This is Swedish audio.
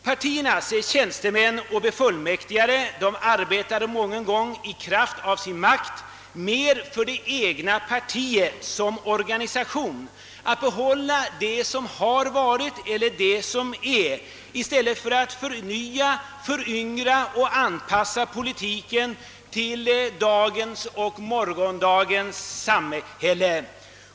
Partiernas tjänstemän och befullmäktigade arbetar inte sällan i kraft av sin makt mer för det egna partiet som organisation — för att bibehålla det som varit och är — än för att förnya, föryngra och anpassa politiken till dagens och morgondagens samhälle.